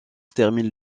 termine